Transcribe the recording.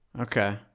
Okay